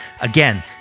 Again